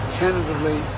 tentatively